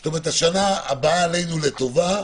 זאת אומרת, השנה הבאה עלינו לטובה,